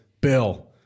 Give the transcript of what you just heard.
Bill